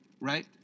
right